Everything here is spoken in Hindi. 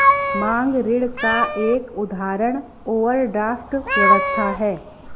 मांग ऋण का एक उदाहरण ओवरड्राफ्ट व्यवस्था है